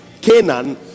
Canaan